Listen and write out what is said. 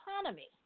economy